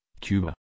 Cuba